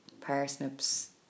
parsnips